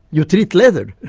you treat leather,